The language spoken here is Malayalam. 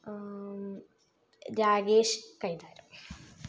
രാകേഷ് കൈതാരം